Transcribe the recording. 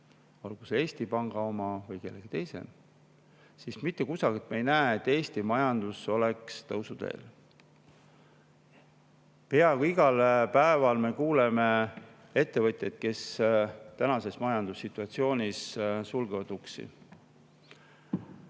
olgu Eesti Panga või kellegi teise oma, siis mitte kusagilt me ei näe, et Eesti majandus oleks tõusuteel. Peaaegu iga päev me kuuleme ettevõtjatest, kes tänases majandussituatsioonis sulgevad uksed.